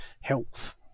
health